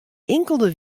inkelde